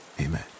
amen